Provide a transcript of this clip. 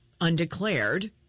undeclared